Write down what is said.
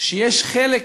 שיש חלק